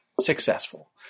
successful